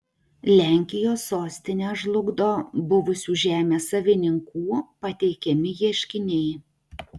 lenkijos sostinę žlugdo buvusių žemės savininkų pateikiami ieškiniai